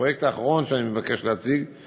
הפרויקט האחרון שאני מבקש להציג הוא